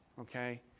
okay